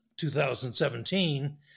2017